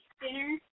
dinner